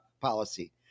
policy